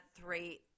three